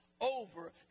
over